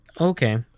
Okay